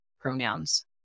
pronouns